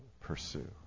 pursue